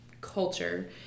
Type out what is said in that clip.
culture